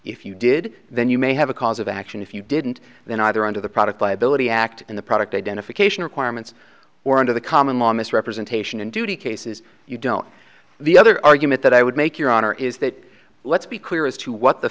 if you did then you may have a cause of action if you didn't then either under the product liability act in the product identification requirements or under the common law misrepresentation and duty cases you don't the other argument that i would make your honor is that let's be clear as to what the